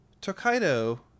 Tokaido